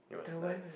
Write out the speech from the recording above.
it was nice